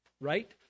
right